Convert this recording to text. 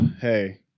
Hey